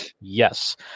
Yes